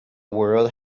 world